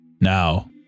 now